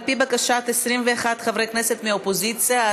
על-פי בקשת 21 חברי כנסת מהאופוזיציה,